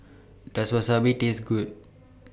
Does Wasabi Taste Good